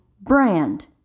brand